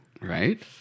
Right